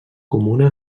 comuna